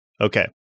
Okay